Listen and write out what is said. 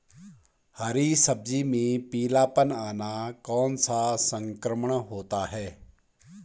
हरी सब्जी में पीलापन आना कौन सा संक्रमण होता है?